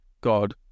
God